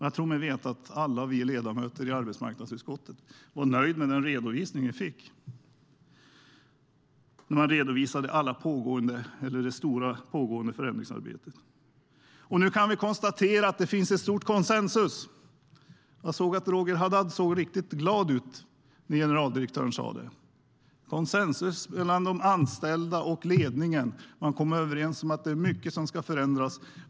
Jag tror mig veta att alla vi ledamöter i arbetsmarknadsutskottet var nöjda med den redovisning vi fick av det stora, pågående förändringsarbetet. Nu kan vi konstatera att det råder stor konsensus. Roger Haddad såg riktigt glad ut när generaldirektören sa det: Det råder konsensus mellan de anställda och ledningen. Man har kommit överens om att mycket ska förändras.